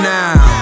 now